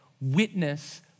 witness